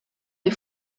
des